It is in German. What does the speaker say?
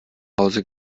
hause